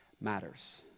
matters